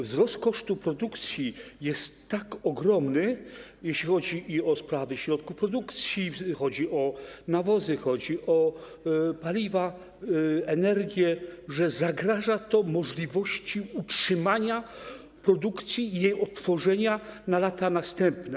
Wzrost kosztów produkcji jest tak ogromny, jeśli chodzi i o sprawy środków produkcji, i o nawozy, i o paliwa, energię, że zagraża to możliwości utrzymania produkcji i jej otworzenia w latach następnych.